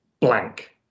blank